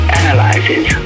analyzes